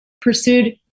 pursued